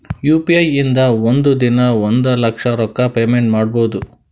U P I ಇಂದ ಒಂದ್ ದಿನಾ ಒಂದ ಲಕ್ಷ ರೊಕ್ಕಾ ಪೇಮೆಂಟ್ ಮಾಡ್ಬೋದ್